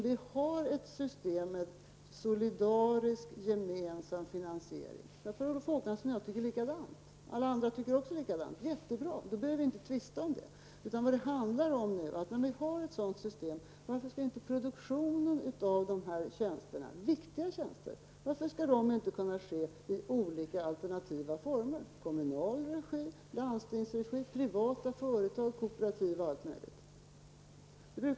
Om vi har ett system med en solidarisk gemensam finansiering -- om nu såväl Per Olof Håkansson och jag som alla andra tycker samma sak är det mycket bra, för då behöver vi inte tvista på den punkten -- varför skall då inte produktionen av så här viktiga tjänster kunna ske i olika alternativa former? Det kan då vara fråga om en produktion i kommunal regi, i landstingets regi, i privat regi, i kooperativ regi osv.